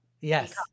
Yes